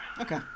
okay